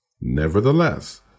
Nevertheless